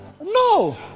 No